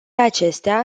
acestea